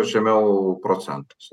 žemiau procentuose